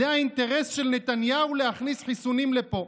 זה האינטרס של נתניהו להכניס חיסונים לפה,